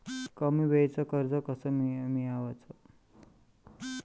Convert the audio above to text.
कमी वेळचं कर्ज कस मिळवाचं?